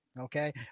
Okay